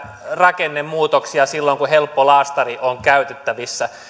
rakennemuutoksia silloin kun helppo laastari on käytettävissä